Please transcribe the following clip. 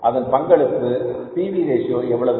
அதுதான் பங்களிப்பு P V ratio எவ்வளவு